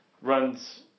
runs